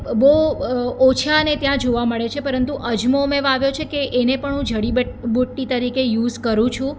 જે બહુ ઓછાને ત્યાં જોવા મળે છે પરંતુ અજમો મેં વાવ્યો છે કે એને પણ હું જડી બટ્ટી બુટ્ટી તરીકે યુઝ કરું છું